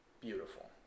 Beautiful